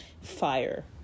fire